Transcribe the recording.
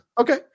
okay